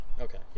Okay